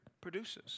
produces